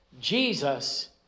Jesus